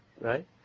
right